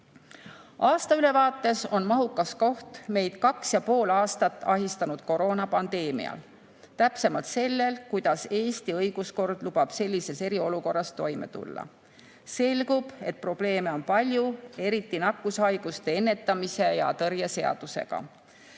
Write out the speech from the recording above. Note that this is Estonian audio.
moel. Aastaülevaates on mahukas koht meid 2,5 aastat ahistanud koroonapandeemial, täpsemalt sellel, kuidas Eesti õiguskord lubab sellises eriolukorras toime tulla. Selgub, et probleeme on palju, eriti nakkushaiguste ennetamise ja tõrje seadusega. Samuti